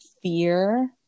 fear